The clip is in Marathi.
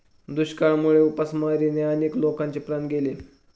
दुष्काळामुळे उपासमारीने अनेक लोकांचे प्राण गेले